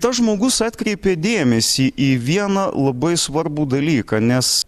tas žmogus atkreipė dėmesį į vieną labai svarbų dalyką nes